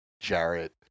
Jarrett